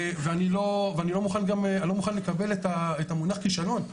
אני לא מוכן לקבל את המונח כישלון,